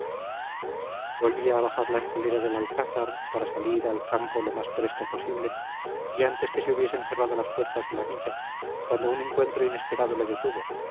volvía a bajar la escalera del alcázar para salir al campo lo más presto posible y antes que se hubiesen cerrado las puertas de la villa cuando un encuentro inesperado le detuvo